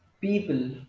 people